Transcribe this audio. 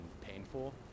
painful